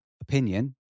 opinion